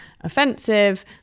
offensive